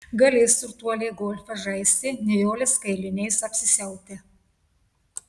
galės turtuoliai golfą žaisti nijolės kailiniais apsisiautę